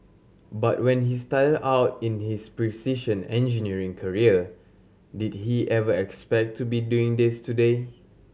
but when he started out in his precision engineering career did he ever expect to be doing this today